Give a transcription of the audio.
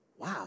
Wow